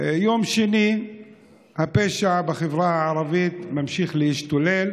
ביום השני הפשע בחברה הערבית ממשיך להשתולל,